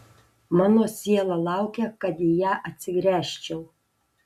mano siela laukia kad į ją atsigręžčiau